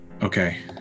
Okay